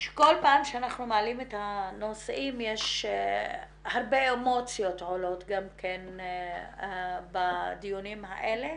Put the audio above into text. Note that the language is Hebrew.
שכל פעם שאנחנו מעלים את הנושאים הרבה אמוציות עולות בדיונים האלה